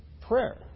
Prayer